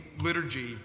liturgy